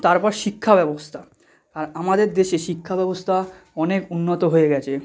তারপর শিক্ষা ব্যবস্থা আমাদের দেশে শিক্ষা ব্যবস্থা অনেক উন্নত হয়ে গেছে